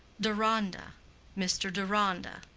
deronda mr. deronda.